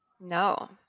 No